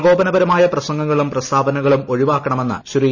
പ്രകോപനപരമായ പ്രസംഗങ്ങളും പ്രസ്താവനകളും ഒഴിവാക്കണമെന്നും ശ്രീ